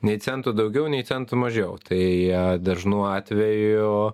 nei centų daugiau nei centų mažiau tai dažnu atveju